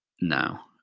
now